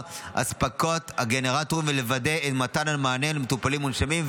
הספקת הגנרטורים ולוודא את מתן המענה למטופלים המונשמים.